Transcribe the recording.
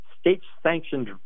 state-sanctioned